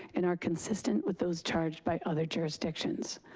and are consistent with those charged by other jurisdictions.